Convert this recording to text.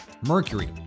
mercury